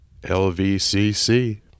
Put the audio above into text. LVCC